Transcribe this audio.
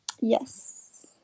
Yes